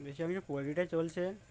বেশি আমি কোয়ালিটাই চলছে